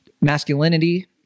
masculinity